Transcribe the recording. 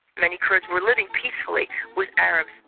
many kurds were living peacefully with arabs,